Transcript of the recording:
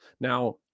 Now